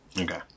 Okay